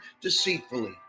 deceitfully